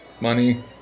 Money